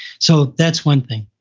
so that's one thing.